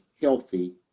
healthy